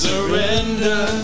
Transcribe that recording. Surrender